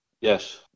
yes